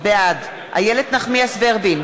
בעד איילת נחמיאס ורבין,